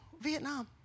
Vietnam